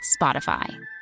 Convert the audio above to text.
Spotify